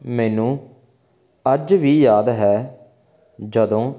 ਮੈਨੂੰ ਅੱਜ ਵੀ ਯਾਦ ਹੈ ਜਦੋਂ